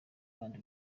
kandi